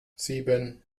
sieben